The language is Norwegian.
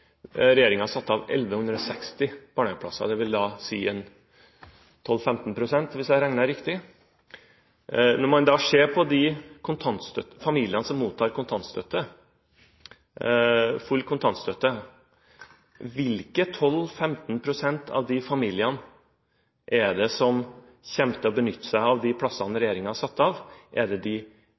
har satt av 1160 barnehageplasser, dvs. 12–15 pst., hvis jeg har regnet riktig. Når man ser på de familiene som mottar full kontantstøtte, hvilke 12–15 pst. av de familiene er det som kommer til å benytte seg av de plassene regjeringen har satt av? Er det de